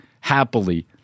happily